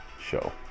Show